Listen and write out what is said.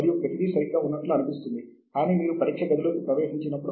అవి journal impact factor